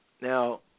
Now